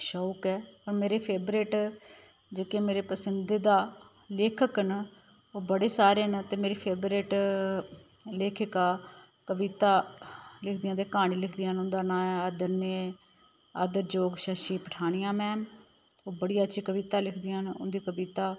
शौक ऐ होर मेरे फेवरट जेह्के मेरे पसंदीदा लेखक न ओह् बड़े सारे न ते मेरी फेवरट लेखिका कविता लिखदियां ते क्हानी लिखदियां न उंदा नांऽ ऐ आदरनीय आदरयोग शशि पठानिया मैम ओह् बड़ी अच्छी कविता लिखदियां न उं'दी कविता